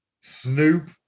Snoop